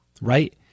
right